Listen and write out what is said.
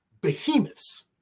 behemoths